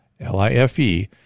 L-I-F-E